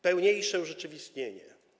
Pełniejsze urzeczywistnienie.